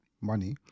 money